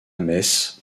metz